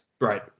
Right